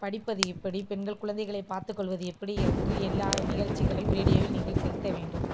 படிப்பது எப்படி பெண்கள் குழந்தைகளை பார்த்துக் கொள்வது எப்படி என்று எல்லா நிகழ்ச்சிகளையும் ரேடியோவில் நீங்கள் செலுத்த வேண்டும்